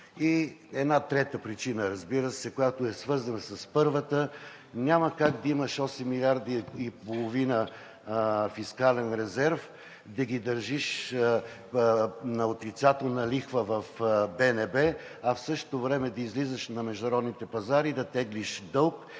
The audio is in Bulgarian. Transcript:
И една трета причина, която е свързана с първата – няма как да имаш 8,5 милиарда фискален резерв, да ги държиш на отрицателна лихва в БНБ, а в същото време да излизаш на международните пазари и да теглиш дълг,